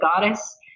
goddess